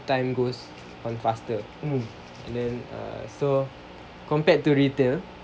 time goes on faster and then err so compared to retail